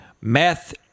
Meth